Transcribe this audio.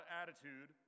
attitude